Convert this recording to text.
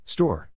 Store